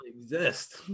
exist